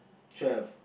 twelve